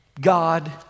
God